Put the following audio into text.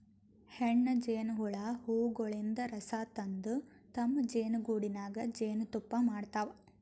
ಹೆಣ್ಣ್ ಜೇನಹುಳ ಹೂವಗೊಳಿನ್ದ್ ರಸ ತಂದ್ ತಮ್ಮ್ ಜೇನಿಗೂಡಿನಾಗ್ ಜೇನ್ತುಪ್ಪಾ ಮಾಡ್ತಾವ್